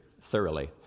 thoroughly